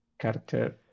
character